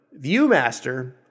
Viewmaster